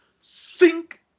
sink